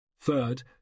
Third